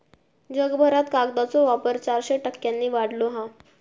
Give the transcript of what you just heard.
जगभरात कागदाचो वापर चारशे टक्क्यांनी वाढलो हा